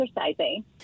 exercising